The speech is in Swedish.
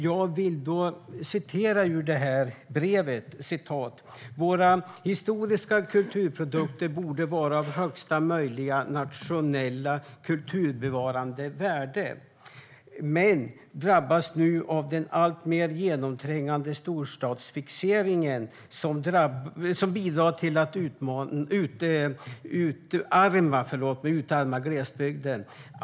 Jag vill citera ur brevet: "Våra historiska kulturprodukter borde vara av högsta möjliga nationella kulturbevarande värde men drabbas nu av den alltmer genomträngande storstadsfixeringen, som bidrar till att utarma glesbygden.